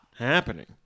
happening